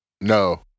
No